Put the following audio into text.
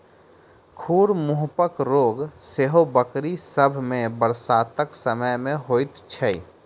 खुर मुँहपक रोग सेहो बकरी सभ मे बरसातक समय मे होइत छै